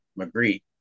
Magritte